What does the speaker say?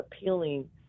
appealing